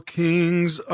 kings